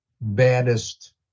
baddest